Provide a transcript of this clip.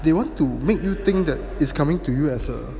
they want to make you think that is coming to you as a